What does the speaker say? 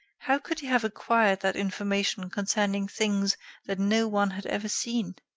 how could he have acquired that information concerning things that no one had ever seen?